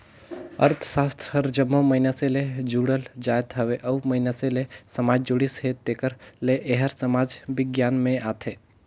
अर्थसास्त्र हर जम्मो मइनसे ले जुड़ल जाएत हवे अउ मइनसे ले समाज जुड़िस हे तेकर ले एहर समाज बिग्यान में आथे